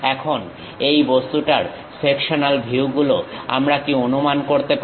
এখন এই বস্তুটার সেকশনাল ভিউগুলো আমরা কি অনুমান করতে পারি